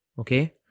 okay